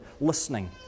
listening